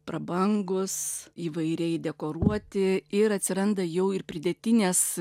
prabangūs įvairiai dekoruoti ir atsiranda jau ir pridėtinės